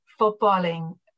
footballing